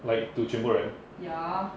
like joo cheng koo right